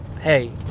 hey